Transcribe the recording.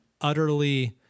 utterly